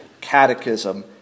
catechism